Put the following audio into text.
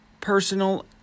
personal